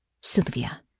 Sylvia